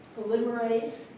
polymerase